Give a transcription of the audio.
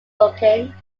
looking